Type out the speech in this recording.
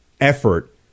effort